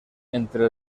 entre